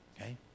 Okay